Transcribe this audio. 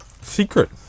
secret